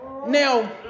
Now